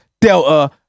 Delta